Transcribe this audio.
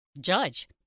Judge